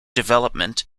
development